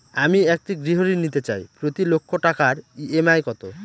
আমি একটি গৃহঋণ নিতে চাই প্রতি লক্ষ টাকার ই.এম.আই কত?